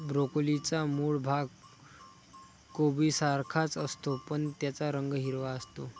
ब्रोकोलीचा मूळ भाग कोबीसारखाच असतो, पण त्याचा रंग हिरवा असतो